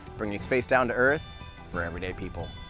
bringing space down to earth for everyday people.